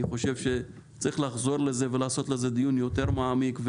יש לחזור לזה ולעשות לזה דיון יותר מעמיק.